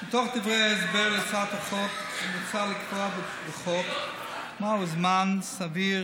מתוך דברי ההסבר להצעת החוק: "מוצע לקבוע בחוק מהו זמן סביר